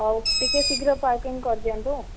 ହଉ ଟିକେ ଶିଘ୍ର ପ୍ୟାକିଙ୍ଗ୍ କରଦିଅନ୍ତୁ